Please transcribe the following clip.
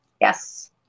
Yes